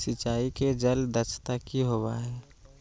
सिंचाई के जल दक्षता कि होवय हैय?